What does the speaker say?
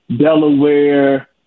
Delaware